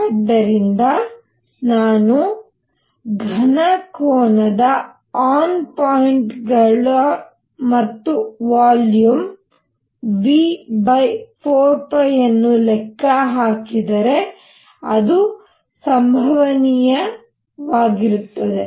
ಆದ್ದರಿಂದ ನಾನು ಘನ ಕೋನದ ಆನ್ ಪಾಯಿಂಟ್ಗಳು ಮತ್ತು ವಾಲ್ಯೂಮ್ V 4π ಅನ್ನು ಲೆಕ್ಕ ಹಾಕಿದರೆ ಅದು ಸಂಭವನೀಯತೆಯಾಗಿರುತ್ತದೆ